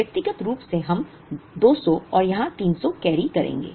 और व्यक्तिगत रूप से हम 200 और यहाँ 300 कैरी करेंगे